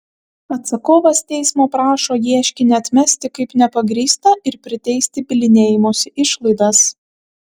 atsakovas teismo prašo ieškinį atmesti kaip nepagrįstą ir priteisti bylinėjimosi išlaidas